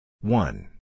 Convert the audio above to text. one